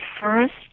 first